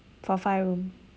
for five room